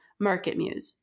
MarketMuse